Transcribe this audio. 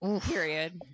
period